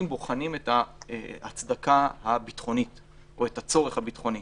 בוחנים את ההצדקה הביטחונית או את הצורך הביטחוני.